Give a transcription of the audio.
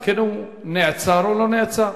אם הוא כן נעצר או לא נעצר.